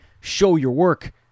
show-your-work